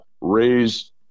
raise